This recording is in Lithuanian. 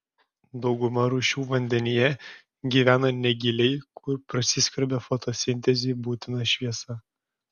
dauguma rūšių vandenyje gyvena negiliai kur prasiskverbia fotosintezei būtina šviesa